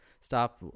stop